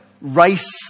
race